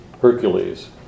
Hercules